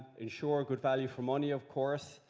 ensure good value for money, of course.